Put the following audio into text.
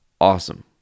awesome